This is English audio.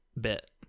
bit